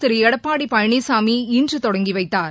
திருளடப்பாடிபழனிசாமி இன்றுதொடங்கிவைத்தார்